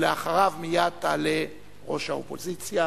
אחריו תעלה ראש האופוזיציה